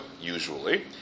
usually